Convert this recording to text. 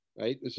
right